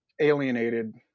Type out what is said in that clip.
alienated